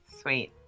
sweet